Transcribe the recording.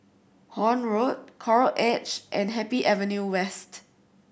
Horne Road Coral Edge and Happy Avenue West